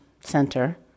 center